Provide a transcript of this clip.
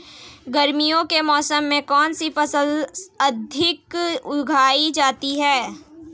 गर्मियों के मौसम में कौन सी फसल अधिक उगाई जाती है?